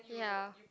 ya